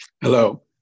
Hello